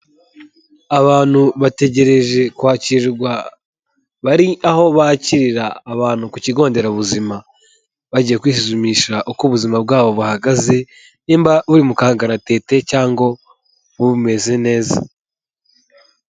Abantu bategereje kwakirwa bari aho bakirira abantu ku kigo nderabuzima, bagiye kwisuzumisha uko ubuzima bwabo buhagaze niba uri mu kangaratete cyangwa bumeze neza.